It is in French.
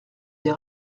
des